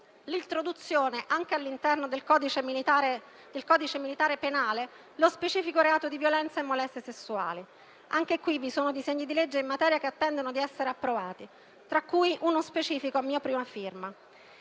l'introduzione, anche all'interno del codice militare penale, dello specifico reato di violenza e molestie sessuali. Anche in questo caso, vi sono disegni di legge in materia che attendono di essere approvati, tra i quali uno specifico a mia prima firma.